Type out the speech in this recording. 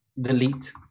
delete